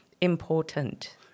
important